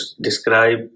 describe